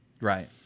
Right